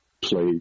play